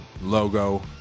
logo